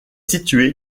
situé